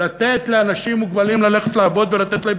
לתת לאנשים מוגבלים ללכת לעבוד ולתת להם